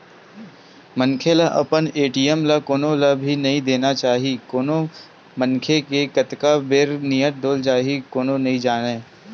मनखे ल अपन ए.टी.एम ल कोनो ल भी नइ देना चाही कोन मनखे के कतका बेर नियत डोल जाही कोनो नइ जानय